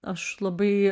aš labai